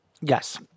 Yes